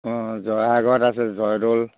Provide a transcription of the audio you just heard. অঁ জয়সাগৰত আছে জয়দৌল